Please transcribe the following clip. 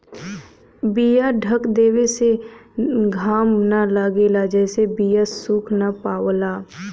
बीया ढक देवे से घाम न लगेला जेसे बीया सुख ना पावला